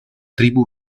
tribu